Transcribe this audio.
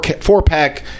four-pack